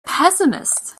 pessimist